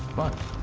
but,